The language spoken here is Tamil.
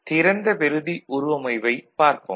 திறந்த பெறுதி உருவமைவைப் பார்ப்போம்